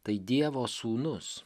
tai dievo sūnus